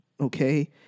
Okay